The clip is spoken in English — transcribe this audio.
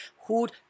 who'd